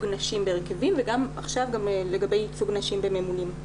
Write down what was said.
נשים בהרכבים ועכשיו גם לגבי ייצוג נשים בממונים.